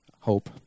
hope